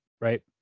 right